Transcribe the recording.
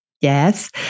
Yes